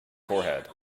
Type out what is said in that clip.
forehead